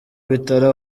bitaro